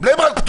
בני ברק פתוחה?